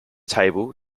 table